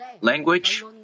language